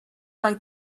like